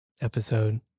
episode